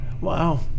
Wow